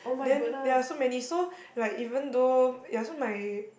then ya so many so like even though ya so my